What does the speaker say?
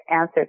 answer